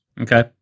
Okay